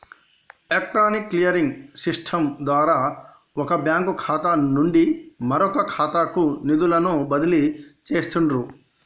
electronic clearing system ద్వారా వొక bank ఖాతా నుండి మరొకఖాతాకు నిధులను బదిలీ చేస్తండ్రు